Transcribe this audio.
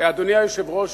אדוני היושב-ראש,